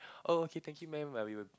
oh okay thank you mam we'll